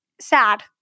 sad